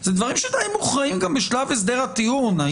זה דברים שדי מוכרעים גם בשלב הסדר הטיעון.